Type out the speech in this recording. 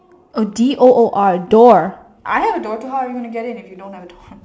a D o o R a door I have door how are you going to get in if you don't have a door